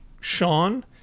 Sean